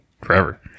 forever